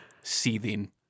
seething